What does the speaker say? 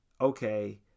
okay